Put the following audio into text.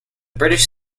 british